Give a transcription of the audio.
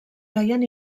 feien